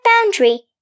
boundary